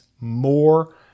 more